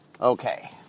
Okay